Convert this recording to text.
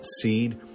seed